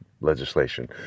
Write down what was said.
legislation